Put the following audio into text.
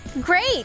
great